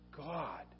God